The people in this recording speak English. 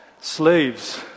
Slaves